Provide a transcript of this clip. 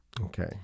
Okay